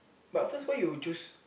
but first why you choose